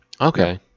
Okay